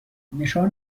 نشان